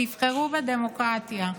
תבחרו בדמוקרטיה.